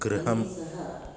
गृहम्